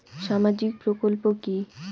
সামাজিক প্রকল্প কি?